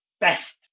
best